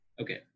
Okay